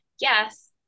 Yes